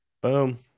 Boom